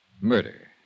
murder